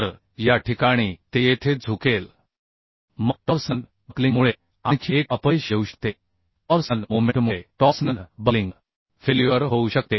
तर या ठिकाणी ते येथे झुकेल मग टॉर्सनल बक्लिंगमुळे आणखी एक अपयश येऊ शकते टॉर्सनल मोमेंटमुळे टॉर्सनल बक्लिंग फेल्युअर होऊ शकते